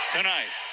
Tonight